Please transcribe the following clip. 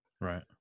Right